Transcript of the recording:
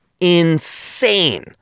insane